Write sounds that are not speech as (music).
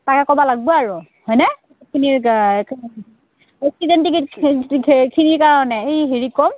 (unintelligible)